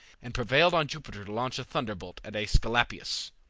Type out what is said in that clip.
and prevailed on jupiter to launch a thunderbolt at aesculapius.